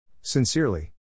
Sincerely